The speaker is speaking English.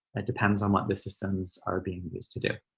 it depends on what the systems are being used to do.